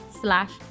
slash